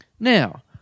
Now